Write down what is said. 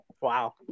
Wow